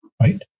right